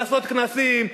לעשות כנסים,